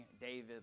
David